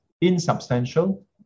insubstantial